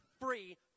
free